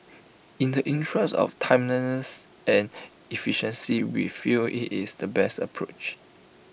in the interest of timeliness and efficiency we feel IT is the best approach